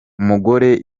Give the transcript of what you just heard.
umugore